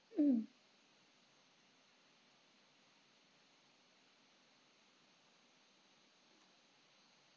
um